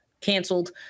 canceled